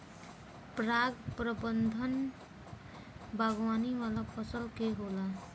पराग प्रबंधन बागवानी वाला फसल के होला